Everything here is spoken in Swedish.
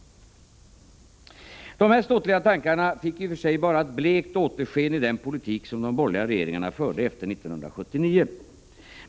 Dessa ståtliga tankar fick i och för sig bara ett blekt återsken i den politik som de borgerliga regeringarna förde efter 1979.